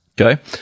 Okay